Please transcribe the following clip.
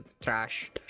trash